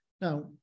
Now